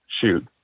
shoot